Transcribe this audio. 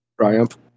triumph